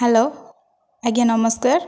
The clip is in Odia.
ହ୍ୟାଲୋ ଆଜ୍ଞା ନମସ୍କାର